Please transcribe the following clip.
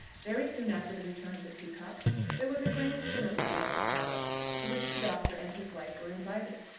very soon after the return of the peacockes there was a grand dinner-party at the palace, to which the doctor and his wife were invited.